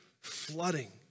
flooding